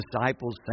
disciples